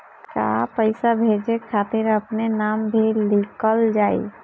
का पैसा भेजे खातिर अपने नाम भी लिकल जाइ?